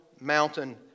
mountain